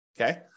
Okay